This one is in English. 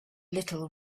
little